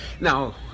Now